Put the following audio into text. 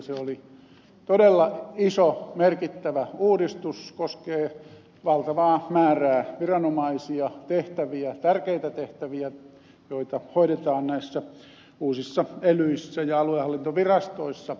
se oli todella iso merkittävä uudistus ja koskee valtavaa määrää viranomaisia tehtäviä tärkeitä tehtäviä joita hoidetaan näissä uusissa elyissä ja aluehallintovirastoissa